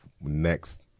next